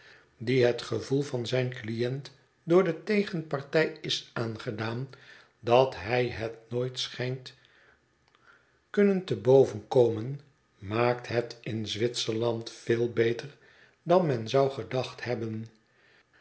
die het gevoel van zijn cliënt door de tegenpartij is aangedaan dat hij het nooit schijnt kunnen te boven komen maakt het in zwitserland veel beter dan men zou gedacht hebben